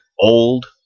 old